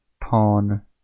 pawn